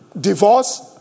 divorce